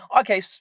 okay